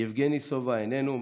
יבגני סובה איננו,